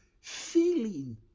feeling